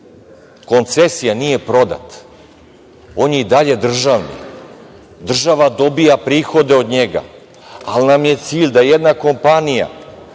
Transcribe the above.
Koncesija je, nije prodat. On je i dalje državni. Država dobija prihode od njega. Ali nam je cilj da jedna kompanija